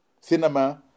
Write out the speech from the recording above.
Cinema